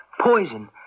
poison